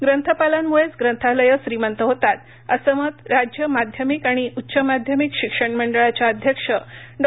ग्रंथपालांमुळेच ग्रंथालयं श्रीमंत होतात असं मत राज्य माध्यमिक आणि उच्च माध्यमिक शिक्षण मंडळाच्या अध्यक्ष डॉ